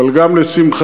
אבל גם לשמחתנו,